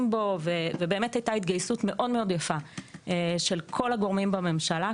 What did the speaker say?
בו ובאמת הייתה התגייסות מאוד מאוד יפה של כל הגורמים בממשלה,